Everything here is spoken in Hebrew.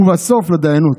ולבסוף לדיינות.